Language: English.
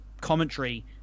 commentary